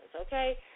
okay